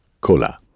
cola